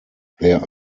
there